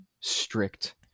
strict